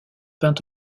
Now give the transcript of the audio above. peint